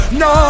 no